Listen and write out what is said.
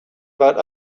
about